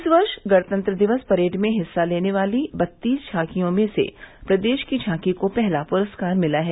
इस वर्ष गणतंत्र दिवस परेड में हिस्सा लेने वाली बत्तीस झांकियों में से प्रदेश की झांकी को पहला प्रस्कार मिला है